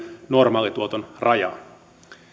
normaalituoton rajaa